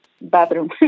bathroom